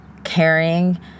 caring